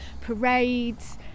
parades